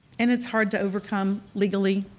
and it's hard to overcome legally,